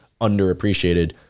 underappreciated